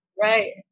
Right